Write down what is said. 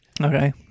Okay